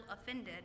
offended